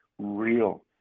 real